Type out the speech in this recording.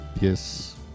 Yes